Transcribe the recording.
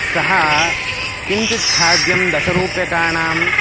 सः किञ्चित् खाद्यं दशरूप्यकाणां